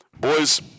Boys